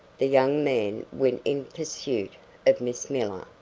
the young man went in pursuit of miss miller,